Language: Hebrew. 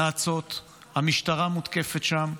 נאצות, המשטרה מותקפת שם,